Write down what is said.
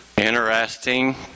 Interesting